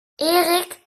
erik